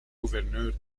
gouverneur